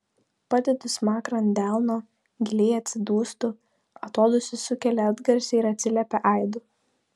padedu smakrą ant delno giliai atsidūstu atodūsis sukelia atgarsį ir atsiliepia aidu